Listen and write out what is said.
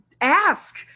ask